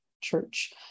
church